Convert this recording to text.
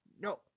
No